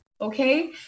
okay